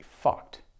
fucked